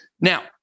Now